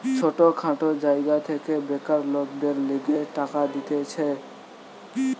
ছোট খাটো জায়গা থেকে বেকার লোকদের লিগে টাকা দিতেছে